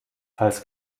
falls